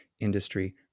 industry